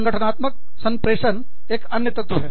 संगठनात्मक संप्रेषण एक अन्य तत्व है